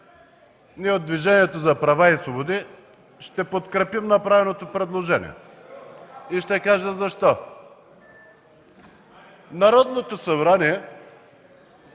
ние от Движението за права и свободи ще подкрепим направеното предложение. Ще кажа защо. Народното събрание